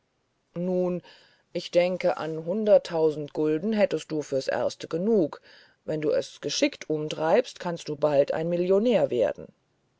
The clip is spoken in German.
nu ich denke an hunderttausend gulden hättest du fürs erste genug wenn du es geschickt umtreibst kannst du bald ein millionär werden